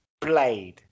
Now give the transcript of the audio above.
blade